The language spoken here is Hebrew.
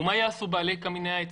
ומה יעשו בעלי קמיני העצים?